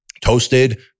Toasted